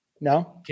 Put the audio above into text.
No